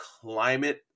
climate